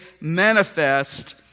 manifest